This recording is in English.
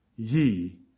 Ye